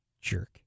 Jerk